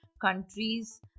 countries